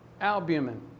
albumin